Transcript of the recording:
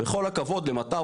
בכל הכבוד למטב,